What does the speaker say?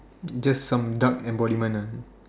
just some duck embodiment ah